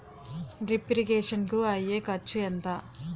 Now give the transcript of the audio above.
Drip irrigation కూ అయ్యే ఖర్చు ఎంత?